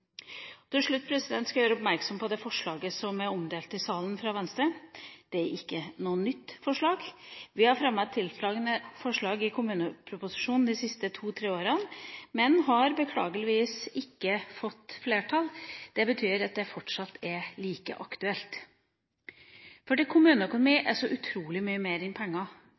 Til slutt vil jeg gjøre oppmerksom på forslaget fra Venstre, som er omdelt i salen. Det er ikke noe nytt forslag. Vi har fremmet et tilsvarende forslag i forbindelse med behandling av kommuneproposisjonen de siste to–tre årene, men har beklageligvis ikke fått flertall. Det betyr at det fortsatt er like aktuelt. Kommuneøkonomi er så utrolig mye mer enn penger.